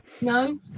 No